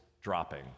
dropping